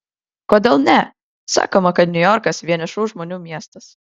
kodėl ne sakoma kad niujorkas vienišų žmonių miestas